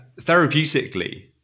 therapeutically